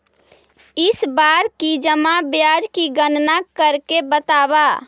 इस बार की जमा ब्याज की गणना करके बतावा